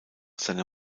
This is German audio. seiner